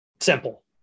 simple